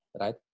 right